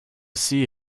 see